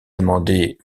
demandé